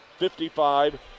55